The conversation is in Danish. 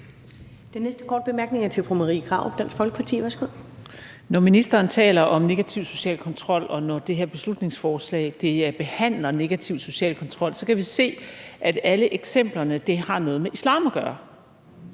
Den næste korte bemærkning er til fru Marie Krarup, Dansk Folkeparti. Værsgo. Kl. 18:21 Marie Krarup (DF): Når ministeren taler om negativ social kontrol, og når det her beslutningsforslag behandler negativ social kontrol, så kan vi se, at alle eksemplerne har noget med islam at gøre.